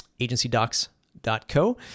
agencydocs.co